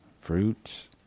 Fruits